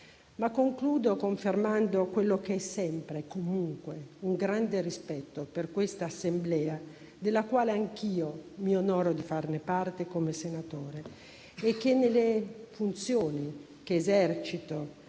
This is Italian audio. Concludo confermando sempre e comunque un grande rispetto per questa Assemblea, della quale anch'io mi onoro di far parte come senatrice. Nelle funzioni che esercito